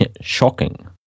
shocking